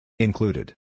Included